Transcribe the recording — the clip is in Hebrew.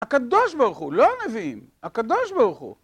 הקדוש ברוך הוא, לא הנביאים. הקדוש ברוך הוא.